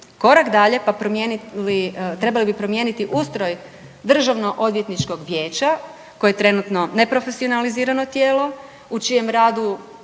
promijeniti, trebali bi promijeniti ustroj Državno-odvjetničkog vijeća koji je trenutno neprofesionalizirano tijelo u čijem radu